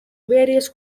various